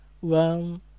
one